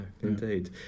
indeed